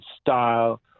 style